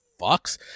fucks